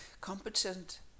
competent